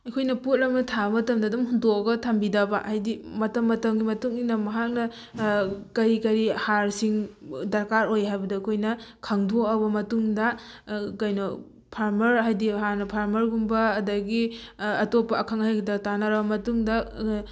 ꯑꯩꯈꯣꯏꯅ ꯄꯣꯠ ꯑꯃ ꯊꯥꯕ ꯃꯇꯝꯗ ꯑꯗꯨꯝ ꯍꯨꯟꯗꯣꯛꯑꯒ ꯊꯝꯕꯤꯗꯕ ꯍꯥꯏꯗꯤ ꯃꯇꯝ ꯃꯇꯝꯒꯤ ꯃꯇꯨꯡꯏꯟꯅ ꯃꯍꯥꯛꯅ ꯀꯔꯤ ꯀꯔꯤ ꯍꯥꯔꯁꯤꯡ ꯗꯔꯀꯥꯔ ꯑꯣꯏ ꯍꯥꯏꯕꯗꯨ ꯑꯩꯈꯣꯏꯅ ꯈꯪꯗꯣꯛꯑꯕ ꯃꯇꯨꯡꯗ ꯀꯩꯅꯣ ꯐꯥꯔꯃꯔ ꯍꯥꯏꯗꯤ ꯍꯥꯟꯅ ꯐꯥꯔꯃꯔꯒꯨꯝꯕ ꯑꯗꯒꯤ ꯑꯇꯣꯞꯄ ꯑꯈꯪ ꯑꯍꯩꯗ ꯇꯥꯅꯔꯕ ꯃꯇꯨꯡꯗ